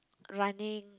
running